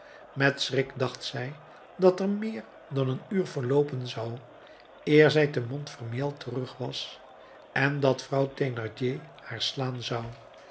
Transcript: met schrik dacht zij dat er meer dan een uur verloopen zou eer zij te montfermeil terug was en dat vrouw thénardier haar slaan zou